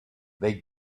they